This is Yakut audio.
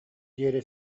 диэри